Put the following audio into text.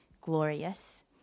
glorious